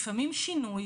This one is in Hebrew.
לפעמים שינוי,